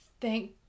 thank